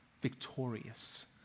victorious